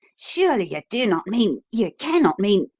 surely you do not mean you cannot mean